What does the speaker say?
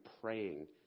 praying